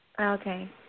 Okay